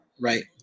Right